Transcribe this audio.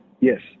Yes